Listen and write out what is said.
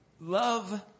Love